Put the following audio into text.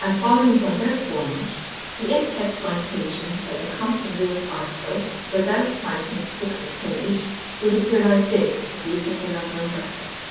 um following from their format the in-text citation for the compton-lewis article without citing a particular page would appear like this if using the number in brackets